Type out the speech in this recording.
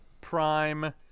prime